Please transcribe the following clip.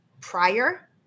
prior